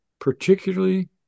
particularly